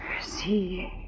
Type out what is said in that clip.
See